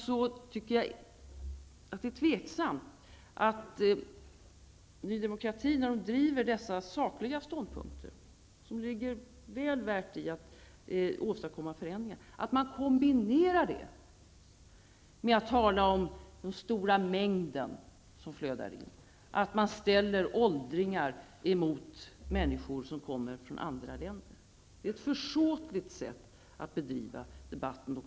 Jag tycker att det är tvivelaktigt av Ny Demokrati, när man driver dessa sakliga ståndpunkter, som det är väl värt att vidta förändringar i, att kombinera dessa med att tala om ''den stora mängden'' som flödar in och ställer åldringar mot människor som kommer från andra länder. Det är ett försåtligt sätt att bedriva debatten.